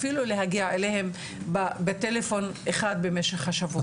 אפילו להגיע אליהם בטלפון אחד במשך השבוע.